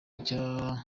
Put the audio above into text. yaganirije